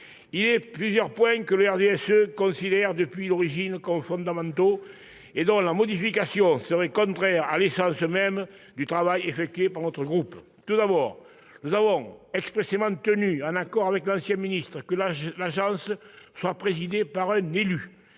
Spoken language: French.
Il est plusieurs points que le groupe du RDSE considère depuis l'origine comme fondamentaux. Les modifier serait contraire à l'essence même du travail qu'il a effectué. Tout d'abord, nous avons expressément soutenu, en accord avec l'ancien ministre, que l'agence soit présidée par un élu.